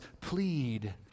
plead